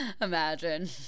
Imagine